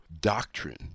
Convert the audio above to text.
doctrine